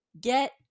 get